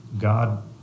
God